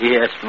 Yes